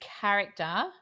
character